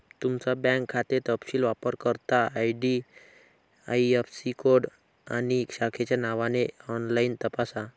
तुमचा बँक खाते तपशील वापरकर्ता आई.डी.आई.ऍफ़.सी कोड आणि शाखेच्या नावाने ऑनलाइन तपासा